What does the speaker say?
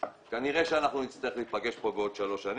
כנראה שנצטרך להיפגש פה בעוד שלוש שנים.